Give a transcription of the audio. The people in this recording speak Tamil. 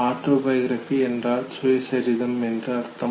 ஆட்டோபயோகிராபி என்றால் சுயசரிதம் என்று அர்த்தம்